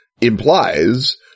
implies